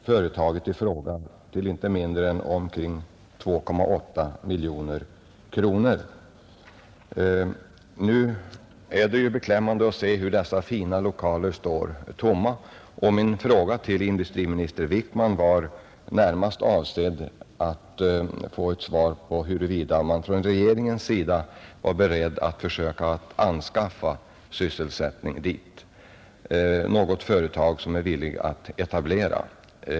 Herr talman! Jag ber att få tacka statsrådet Holmqvist för svaret och för hans beredvillighet att positivt pröva lokaliseringsstöd till företag som kan etablera sig i de ifrågavarande lokalerna. Bakgrunden till frågan är sysselsättningsläget, framför allt i Vindelådalen. Situationen är den att en mycket stor lokal på inte mindre än 7 500 kvadratmeter har stått tom sedan oktober, då företaget som ägde lokalerna gick i konkurs. Lokaliseringsstöd har utgått till företaget i fråga med inte mindre än omkring 2,8 miljoner kronor. Nu är det beklämmande att se hur dessa fina lokaler står tomma. Min fråga till industriministern gällde därför huruvida regeringen var beredd att försöka skaffa sysselsättning dit.